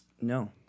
No